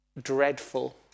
dreadful